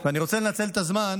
ואני רוצה לנצל את הזמן,